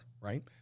right